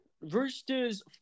Roosters